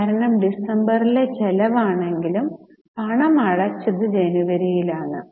കാരണം ഡിസംബറിലെ ചെലവാണെങ്കിലും പണം അടച്ചത് ജനുവരിയിൽ ആണ്